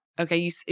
Okay